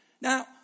Now